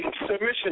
submission